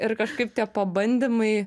ir kažkaip tie pabandymai